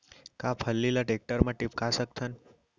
का फल्ली ल टेकटर म टिपका सकथन?